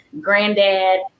granddad